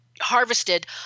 harvested